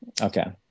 okay